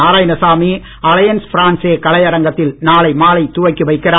Narayanasamy alliance பிரான்சே கலையரங்கத்தில் நாளை மாலை துவக்கி வைக்கிறார்